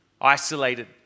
isolated